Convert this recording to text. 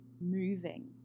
moving